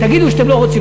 תגידו שאתם לא רוצים.